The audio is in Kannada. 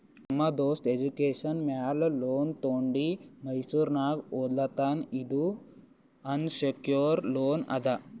ನಮ್ ದೋಸ್ತ ಎಜುಕೇಷನ್ ಮ್ಯಾಲ ಲೋನ್ ತೊಂಡಿ ಮೈಸೂರ್ನಾಗ್ ಓದ್ಲಾತಾನ್ ಇದು ಅನ್ಸೆಕ್ಯೂರ್ಡ್ ಲೋನ್ ಅದಾ